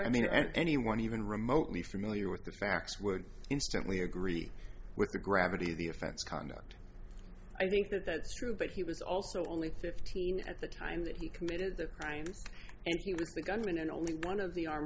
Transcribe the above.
i mean anyone even remotely familiar with the facts would instantly agree with the gravity of the offense conduct i think that that's true but he was also only fifteen at the time that he committed the crimes and he was the gunman and only one of the armed